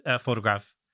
photograph